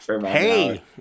Hey